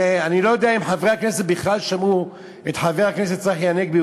ואני לא יודע אם חברי הכנסת בכלל שמעו את חבר הכנסת צחי הנגבי,